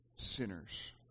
sinners